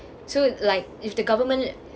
so like if the government